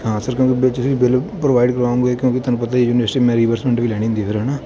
ਹਾਂ ਸਰ ਕਿਉਂਕਿ ਜੇ ਤੁਸੀਂ ਬਿਲ ਪ੍ਰੋਵਾਈਡ ਕਰਵਾਓਗੇ ਕਿਉਂਕਿ ਤੁਹਾਨੂੰ ਪਤਾ ਹੀ ਯੂਨੀਵਾਰਸਿਟੀ ਮੈਂ ਰਿਵਰਸਮੈਂਟ ਵੀ ਲੈਣੀ ਹੁੰਦੀ ਫਿਰ ਹੈ ਨਾ